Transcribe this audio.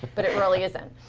but it really isn't.